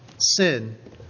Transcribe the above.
sin